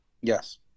Yes